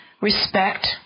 respect